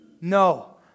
No